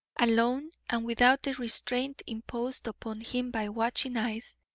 alone and without the restraint imposed upon him by watching eyes,